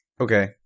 Okay